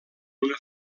una